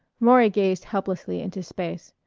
maury gazed helplessly into space.